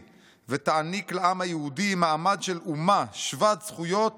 ותעניק לעם היהודי מעמד של אומה שוות-זכויות